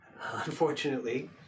Unfortunately